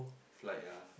flight ah